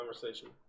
conversation